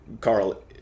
carl